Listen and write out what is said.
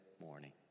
morning